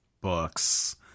Books